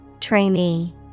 Trainee